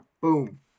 Boom